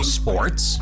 sports